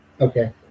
Okay